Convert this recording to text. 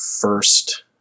first